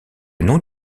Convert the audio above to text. nom